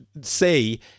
say